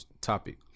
topic